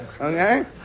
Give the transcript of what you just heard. Okay